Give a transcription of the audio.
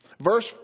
Verse